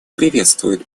приветствует